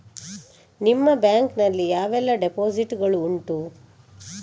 ನಿಮ್ಮ ಬ್ಯಾಂಕ್ ನಲ್ಲಿ ಯಾವೆಲ್ಲ ಡೆಪೋಸಿಟ್ ಗಳು ಉಂಟು?